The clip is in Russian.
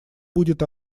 будет